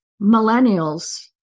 millennials